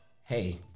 hey